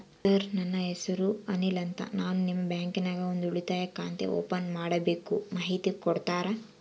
Sir ನನ್ನ ಹೆಸರು ಅನಿಲ್ ಅಂತ ನಾನು ನಿಮ್ಮ ಬ್ಯಾಂಕಿನ್ಯಾಗ ಒಂದು ಉಳಿತಾಯ ಖಾತೆ ಓಪನ್ ಮಾಡಬೇಕು ಮಾಹಿತಿ ಕೊಡ್ತೇರಾ?